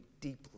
deeply